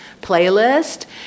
playlist